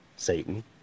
Satan